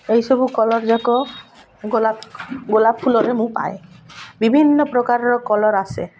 ଏହିସବୁ କଲର୍ ଯାକ ଗୋଲାପ ଗୋଲାପ ଫୁଲରେ ମୁଁ ପାଏ ବିଭିନ୍ନ ପ୍ରକାରର କଲର୍ ଆସେ